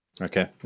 Okay